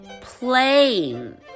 playing